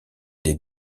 des